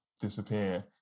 disappear